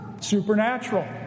Supernatural